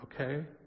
okay